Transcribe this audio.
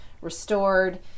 restored